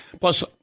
Plus